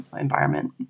environment